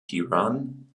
huron